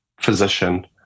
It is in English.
physician